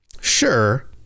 Sure